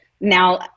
now